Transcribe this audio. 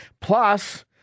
Plus